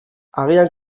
agian